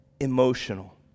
emotional